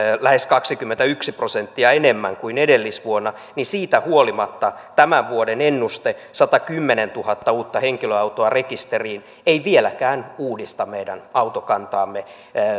lähes kaksikymmentäyksi prosenttia enemmän kuin edellisvuonna siitä huolimatta tämän vuoden ennuste satakymmentätuhatta uutta henkilöautoa rekisteriin ei vieläkään uudista meidän autokantaamme